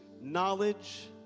knowledge